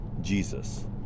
Jesus